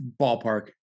ballpark